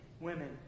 women